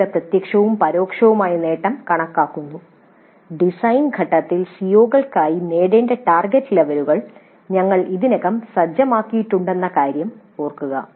കളുടെ പ്രത്യക്ഷവും പരോക്ഷവുമായ നേട്ടം കണക്കാക്കുന്നു ഡിസൈൻ ഘട്ടത്തിൽ സിഒകൾക്കായി നേടേണ്ട ടാർഗെറ്റ് ലെവലുകൾ ഞങ്ങൾ ഇതിനകം സജ്ജമാക്കിയിട്ടുണ്ടെന്ന കാര്യം ശ്രദ്ധിക്കുക